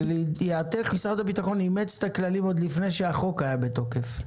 לידיעתך משרד הביטחון אימץ את הכללים עוד לפני שהחוק היה בתוקף.